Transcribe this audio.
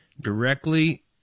directly